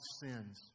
sins